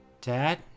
Dad